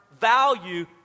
value